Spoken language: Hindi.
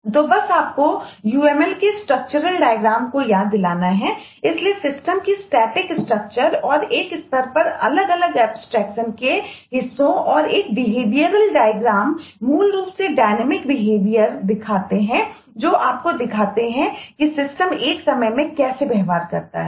तो बस आपको uml के स्ट्रक्चरल डायग्रामदिखाते हैं जो आपको दिखाते हैं कि सिस्टम एक समय में कैसे व्यवहार करता है